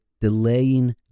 delaying